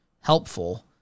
helpful